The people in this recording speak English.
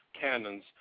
cannons